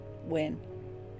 win